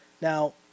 Now